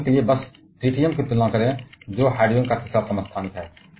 उदाहरण के लिए बस ट्रिटियम की तुलना करें जो हाइड्रोजन का तीसरा समस्थानिक है